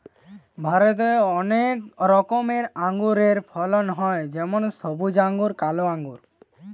ভারতে অনেক রকমের আঙুরের ফলন হয় যেমন সবুজ আঙ্গুর, কালো আঙ্গুর